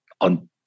on